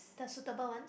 the suitable ones